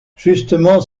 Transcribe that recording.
justement